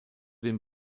den